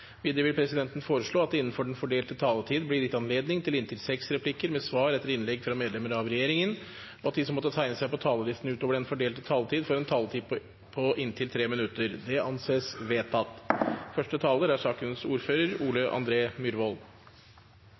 Videre vil presidenten foreslå at det – innenfor den fordelte taletid – blir gitt anledning til inntil seks replikker med svar etter innlegg fra medlemmer av regjeringen, og at de som måtte tegne seg på talerlisten utover den fordelte taletid, får en taletid på inntil 3 minutter. – Det anses vedtatt.